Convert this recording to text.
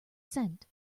sent